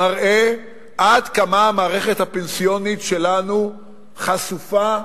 מראה עד כמה המערכת הפנסיונית שלנו חשופה.